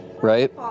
Right